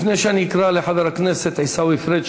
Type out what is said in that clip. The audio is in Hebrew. לפני שאני אקרא לחבר הכנסת עיסאווי פריג',